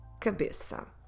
cabeça